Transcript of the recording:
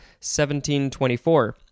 1724